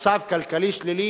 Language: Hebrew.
מצב כלכלי שלילי,